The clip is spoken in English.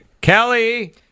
Kelly